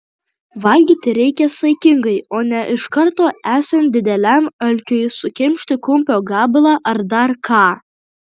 valgyti reikia saikingai o ne iš karto esant dideliam alkiui sukimšti kumpio gabalą ar dar ką